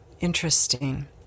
interesting